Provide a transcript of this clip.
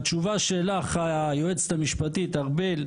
והתשובה שלך, היועצת המשפטית, ארבל,